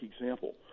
example